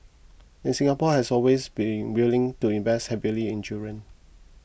and Singapore has always been willing to invest heavily in children